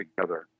together